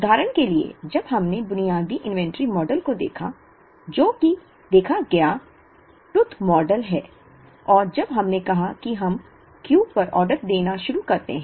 उदाहरण के लिए जब हमने बुनियादी इन्वेंट्री मॉडल को देखा जो कि देखा गया टूथ मॉडल है और जब हमने कहा कि हम Q पर ऑर्डर देना शुरू करते हैं